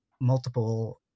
multiple